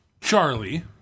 Charlie